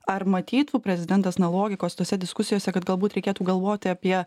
ar matytų prezidentas na logikos tose diskusijose kad galbūt reikėtų galvoti apie